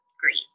great